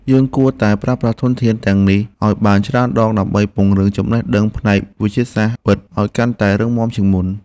យើងគួរតែប្រើប្រាស់ធនធានទាំងនេះឱ្យបានច្រើនដើម្បីពង្រឹងចំណេះដឹងផ្នែកវិទ្យាសាស្ត្រពិតឱ្យកាន់តែរឹងមាំជាងមុន។